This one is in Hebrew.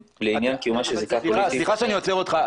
לעניין קיומה של זיקה פוליטית --- סליחה שאני עוצר אותך,